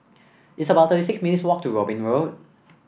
it's about Three six minutes' walk to Robin Road